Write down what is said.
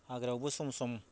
हाग्रायावबो सम सम